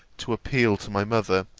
to appeal to my mother,